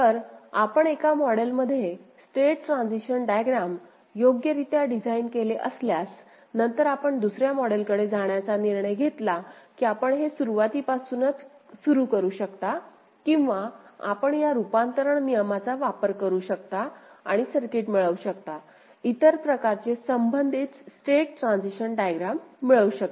तर आपण एका मॉडेलमध्ये स्टेट ट्रान्झिशन डायग्रॅम योग्यरित्या डिझाइन केले असल्यास नंतर आपण दुसर्या मॉडेलकडे जाण्याचा निर्णय घेतला की आपण हे सुरूवातीपासूनच सुरू करू शकता किंवा आपण या रूपांतरण नियमाचा वापर करू शकता आणि सर्किट मिळवू शकता इतर प्रकाराचे संबंधित स्टेट ट्रान्झिशन डायग्रॅम मिळवू शकता